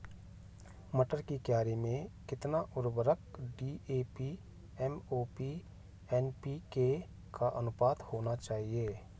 मटर की एक क्यारी में कितना उर्वरक डी.ए.पी एम.ओ.पी एन.पी.के का अनुपात होना चाहिए?